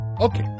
Okay